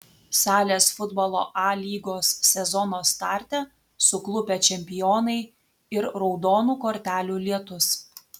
salės futbolo a lygos sezono starte suklupę čempionai ir raudonų kortelių lietus